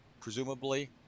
presumably